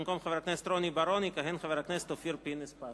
במקום חבר הכנסת רוני בר-און יכהן חבר הכנסת אופיר פינס-פז.